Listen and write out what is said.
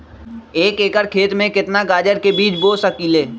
एक एकर खेत में केतना गाजर के बीज बो सकीं ले?